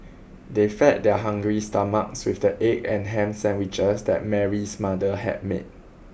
they fed their hungry stomachs with the egg and ham sandwiches that Mary's mother had made